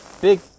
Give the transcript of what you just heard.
big